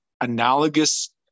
analogous